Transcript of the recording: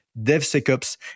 DevSecOps